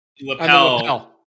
lapel